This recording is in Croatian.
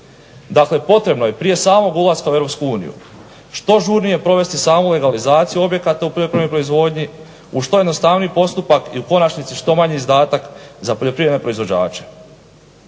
Dakle, potrebno je prije samog ulaska u EU što žurnije provesti legalizaciju objekata u poljoprivrednoj proizvodnji uz što jednostavniji postupak i u konačnici što manji izdatak za poljoprivredne proizvođače.